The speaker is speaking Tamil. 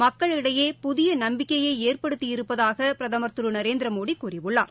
மக்களிடையே புதிய நம்பிக்கையை ஏற்படுத்தி இருப்பதாக பிரதமர் திரு நரேந்திரமோடி கூறியுள்ளார்